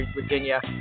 Virginia